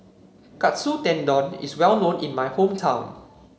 Katsu Tendon is well known in my hometown